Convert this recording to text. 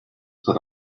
put